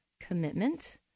commitment